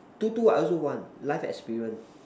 to to I also want life experience